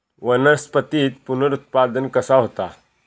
वनस्पतीत पुनरुत्पादन कसा होता?